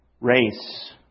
Race